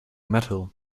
metal